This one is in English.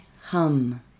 hum